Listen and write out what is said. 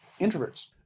introverts